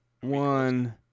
one